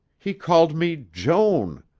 he called me joan.